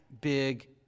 big